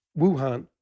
Wuhan